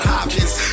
Hopkins